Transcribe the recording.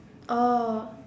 oh